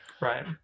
right